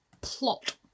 plot